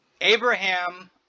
Abraham